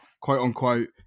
quote-unquote